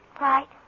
Right